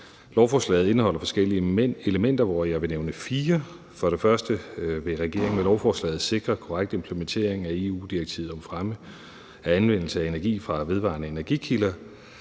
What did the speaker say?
Lovforslaget indeholder forskellige elementer, hvoraf jeg vil nævne fire. For det første vil regeringen med lovforslaget sikre korrekt implementering af EU-direktivet om fremme af anvendelse af energi fra vedvarende energikilder.